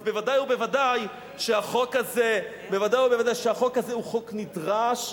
אז ודאי וודאי שהחוק הזה הוא חוק נדרש,